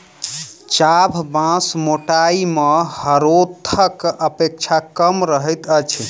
चाभ बाँस मोटाइ मे हरोथक अपेक्षा कम रहैत अछि